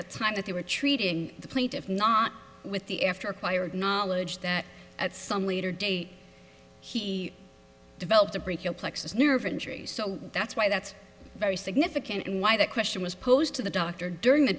the time that they were treating the plaintiff not with the after acquired knowledge that at some later date he developed a break your plexus nerve injuries so that's why that's very significant and why the question was posed to the doctor during the